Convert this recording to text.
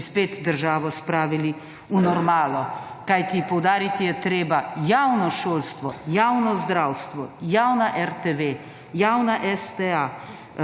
da bi spet državo spravili v normalo, kajti poudariti je treba, javno šolstvo, javno zdravstvo, javna RTV, javna STA,